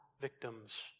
victims